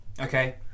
Okay